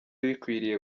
bikwiriye